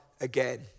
again